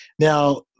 Now